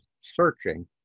searching